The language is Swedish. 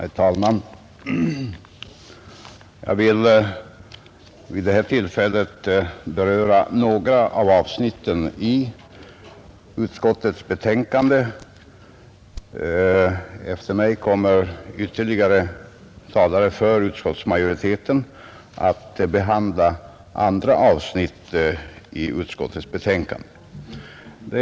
Herr talman! Jag vill vid det här tillfället beröra några av avsnitten i utskottets betänkande. Efter mig kommer ytterligare talare för utskotts majoriteten att behandla andra avsnitt i utskottets betänkande.